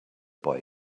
boy